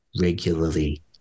regularly